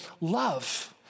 love